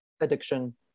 addiction